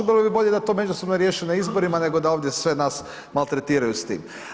Bilo bi bolje da to međusobno riješe na izborima, nego da ovdje sve nas maltretiraju s tim.